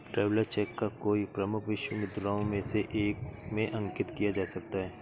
travellers cheque को कई प्रमुख विश्व मुद्राओं में से एक में अंकित किया जा सकता है